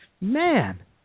Man